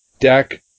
deck